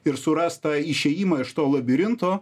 ir suras tą išėjimą iš to labirinto